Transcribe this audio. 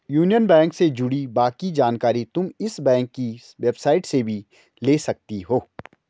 union Bank से जुड़ी बाकी जानकारी तुम इस बैंक की वेबसाईट से भी ले सकती हो